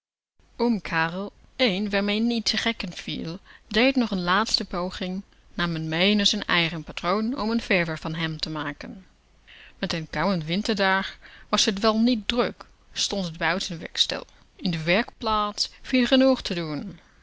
oom karel een waarmee niet te gekken viel dee nog n laatste poging nam m mee naar z'n eigen patroon om n verver van m te maken met den kouwen winterdag was t wel niet druk stond t buitenwerk stil in de werkplaats viel genoeg te doen